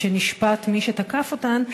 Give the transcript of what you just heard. כשנשפט מי שתקף אותן,